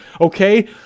Okay